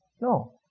No